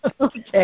Okay